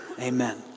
amen